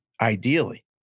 ideally